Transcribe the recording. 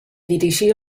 dirigí